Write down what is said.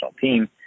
team